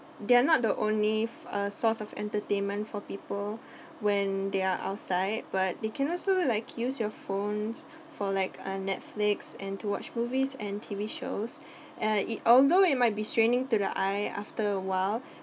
they are not the only f~ uh source of entertainment for people when they're outside but they can also like use your phones for like uh Netflix and to watch movies and T_V shows uh it although it might be straining to the eye after awhile